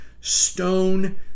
stone